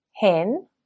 hen